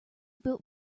built